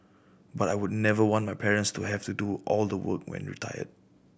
but I would never want my parents to have to do all the work when retired